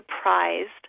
surprised